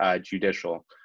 judicial